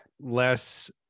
less